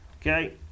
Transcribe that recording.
Okay